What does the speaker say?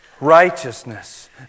Righteousness